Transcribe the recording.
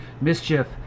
mischief